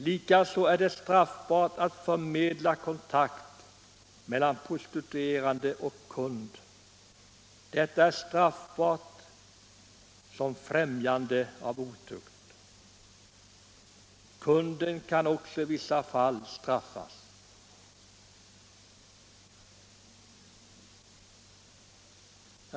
Det är straffbart att förmedla kontakt mellan prostituerad och kund — det är straffbart som främjande av otukt. Kunden kan också i vissa fall straffas.